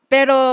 Pero